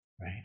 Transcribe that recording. right